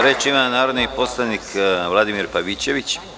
Reč ima narodni poslanik Vladimir Pavićević.